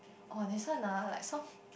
orh this one ah like some